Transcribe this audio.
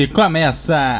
começa